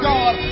God